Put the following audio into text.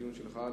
לדיון שלך,